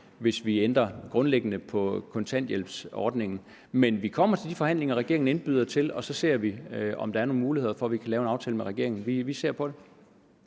hvis vi ændrer grundlæggende på kontanthjælpsordningen. Vi kommer til de forhandlinger, regeringen indbyder til, og så ser vi, om der er nogle muligheder for, at vi kan lave en aftale med regeringen. Vi ser på det.